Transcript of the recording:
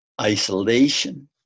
isolation